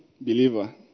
believer